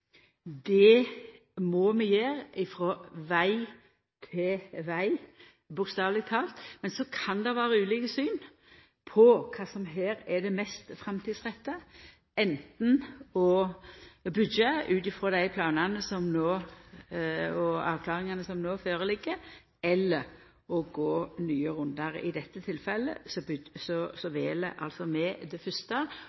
Det må vi gjera frå veg til veg – bokstaveleg talt. Så kan det vera ulike syn på kva som her er det mest framtidsretta, anten å byggja ut frå dei planane og dei avklaringane som no ligg føre, eller å gå nye rundar. I dette tilfellet